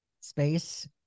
space